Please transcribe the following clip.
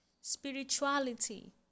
Spirituality